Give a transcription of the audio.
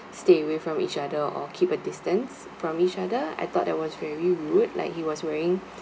stay away from each other or keep a distance from each other I thought that was very rude like he was wearing